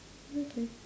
okay